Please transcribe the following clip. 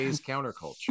counterculture